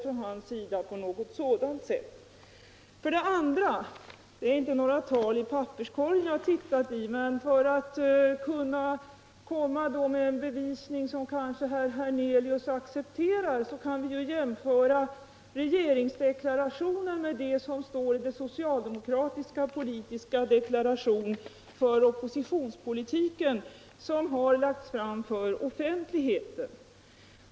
Sedan vill jag säga att det inte är något tal upphittat i papperskorgen som jag har tittat i, men för att komma med en bevisning som herr Hernelius kanske accepterar kan jag ju jämföra regeringsdeklarationen med det som står i den socialdemokratiska politiska deklaration för oppositionspolitiken som har lagts fram för offentligheten.